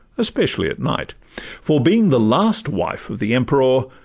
especially at night for being the last wife of the emperour,